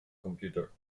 computer